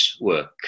work